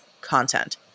content